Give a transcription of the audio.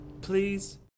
please